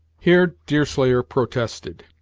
here deerslayer protested,